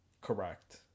Correct